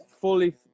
fully